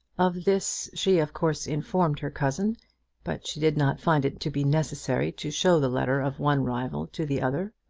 of this she of course informed her cousin but she did not find it to be necessary to show the letter of one rival to the other.